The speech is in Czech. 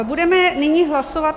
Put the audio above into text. Budeme nyní hlasovat.